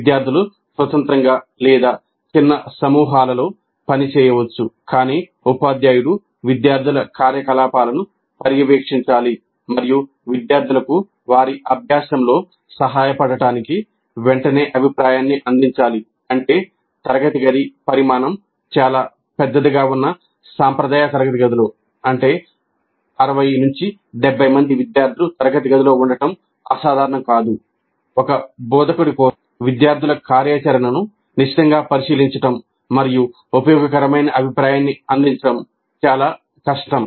విద్యార్థులు స్వతంత్రంగా లేదా చిన్న సమూహాలలో పని చేయవచ్చు కాని ఉపాధ్యాయుడు విద్యార్థుల కార్యకలాపాలను పర్యవేక్షించాలి మరియు విద్యార్థులకు వారి అభ్యాసంలో సహాయపడటానికి వెంటనే అభిప్రాయాన్ని అందించాలి అంటే తరగతి గది పరిమాణం చాలా పెద్దదిగా ఉన్న సాంప్రదాయ తరగతి గదిలో ఒక బోధకుడు విద్యార్థుల కార్యాచరణను నిశితంగా పరిశీలించడం మరియు ఉపయోగకరమైన అభిప్రాయాన్ని అందించడం చాలా కష్టం